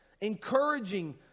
Encouraging